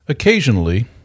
Occasionally